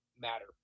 matter